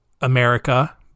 America